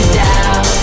down